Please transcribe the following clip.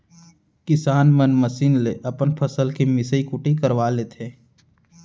किसान मन मसीन ले अपन फसल के मिसई कुटई करवा लेथें